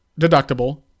deductible